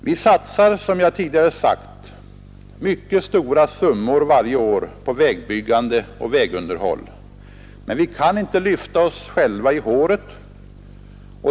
Vi satsar, som jag tidigare sagt, mycket stora summor varje år på vägbyggande och vägunderhåll, men vi kan inte lyfta oss själva i håret.